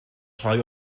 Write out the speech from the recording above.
rhai